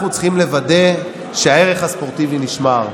אנחנו צריכים לוודא שהערך הספורטיבי נשמר.